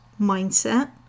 mindset